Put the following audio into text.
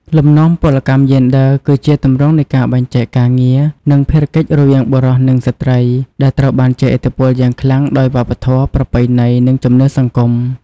លំនាំពលកម្មយេនឌ័រ គឺជាទម្រង់នៃការបែងចែកការងារ និងភារកិច្ចរវាងបុរស និងស្ត្រី ដែលត្រូវបានជះឥទ្ធិពលយ៉ាងខ្លាំងដោយវប្បធម៌ ប្រពៃណី និងជំនឿសង្គម។